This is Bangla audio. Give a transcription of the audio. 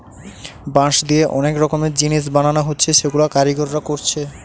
বাঁশ দিয়ে অনেক রকমের জিনিস বানানা হচ্ছে যেগুলা কারিগররা কোরছে